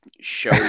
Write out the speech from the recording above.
show